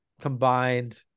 combined